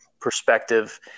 perspective